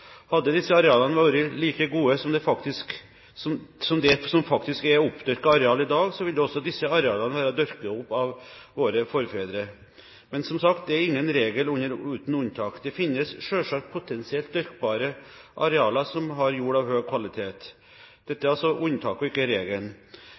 Hadde disse arealene vært like gode som det som faktisk er oppdyrket areal i dag, ville også disse arealene vært dyrket opp av våre forfedre. Men, som sagt, det er ingen regel uten unntak. Det finnes selvsagt potensielt dyrkbare arealer som har jord av høy kvalitet. Dette